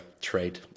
trade